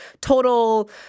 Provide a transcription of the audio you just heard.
total